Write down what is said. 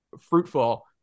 fruitful